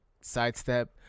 sidestep